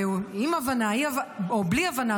עם הבנה או בלי הבנה,